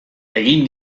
egin